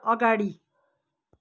अगाडि